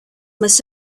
must